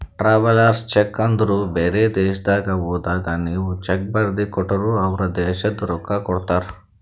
travellers cheque ಅಂದುರ್ ಬೇರೆ ದೇಶದಾಗ್ ಹೋದಾಗ ನೀವ್ ಚೆಕ್ ಬರ್ದಿ ಕೊಟ್ಟರ್ ಅವ್ರ ದೇಶದ್ ರೊಕ್ಕಾ ಕೊಡ್ತಾರ